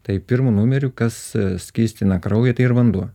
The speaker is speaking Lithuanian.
tai pirmu numeriu kas skystina kraują tai yr vanduo